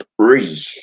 three